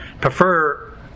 prefer